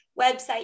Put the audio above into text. website